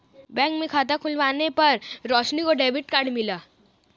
bank में खाता खुलवाने पर रोशनी को डेबिट कार्ड मिला